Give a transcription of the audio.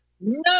no